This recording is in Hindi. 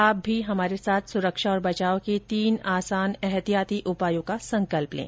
आप भी हमारे साथ सुरक्षा और बचाव के तीन आसान एहतियाती उपायों का संकल्प लें